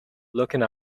looking